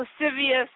lascivious